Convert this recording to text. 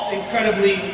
incredibly